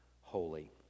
holy